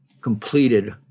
completed